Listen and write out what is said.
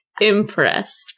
impressed